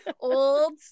old